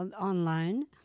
online